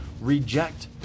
reject